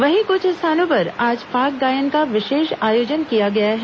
वहीं कुछ स्थानों पर आज फाग गायन का विशेष आयोजन किया गया है